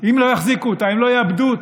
אם לא יחזיקו אותה, אם לא יעבדו אותה?